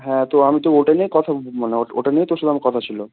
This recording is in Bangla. হ্যাঁ তো আমি তো ওটা নিয়েই কথা মানে ওটা ওটা নিয়ে তোর সঙ্গে আমার কথা ছিলো